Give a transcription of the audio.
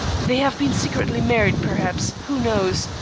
they have been secretly married perhaps, who knows,